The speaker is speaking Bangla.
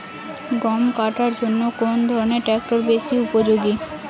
গম কাটার জন্য কোন ধরণের ট্রাক্টর বেশি উপযোগী?